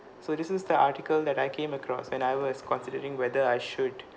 so this is the article that I came across when I was considering whether I should